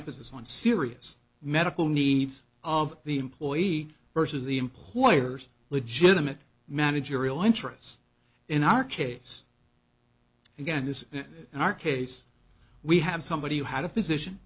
emphasis on serious medical needs of the employee versus the employer's legitimate managerial interest in our case again is in our case we have somebody who had a physician